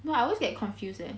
!wah! I always get confused eh